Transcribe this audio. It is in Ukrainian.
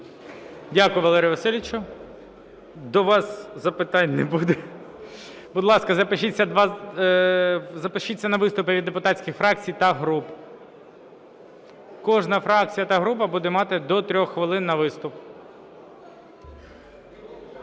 Дякую, Валерій Васильович. До вас запитання не буде. Будь ласка, запишіться на виступи від депутатських фракцій та груп. Кожна фракція та група буде мати до 3 хвилин на виступ.